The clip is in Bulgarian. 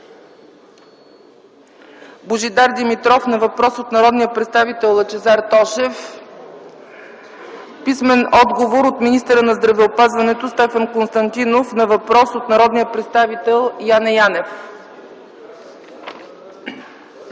Божидар Димитров на въпрос от народния представител Лъчезар Тошев; - отговор от министъра на здравеопазването Стефан Константинов на въпрос от народния представител Яне Янев.